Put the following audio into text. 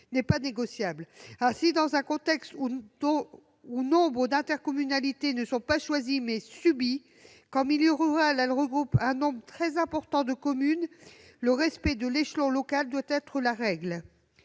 n'est pas négociable. Ainsi, dans un contexte où nombre d'intercommunalités sont non pas choisies, mais subies, qu'en milieu rural elles regroupent un nombre très important de communes, le respect de l'échelon local doit être la règle.